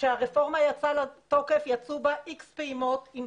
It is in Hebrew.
כשהרפורמה יצאה לתוקף יצאו בה איקס פעימות עם